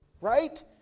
right